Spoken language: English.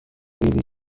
easy